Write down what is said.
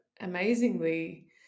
amazingly